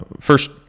first